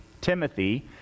Timothy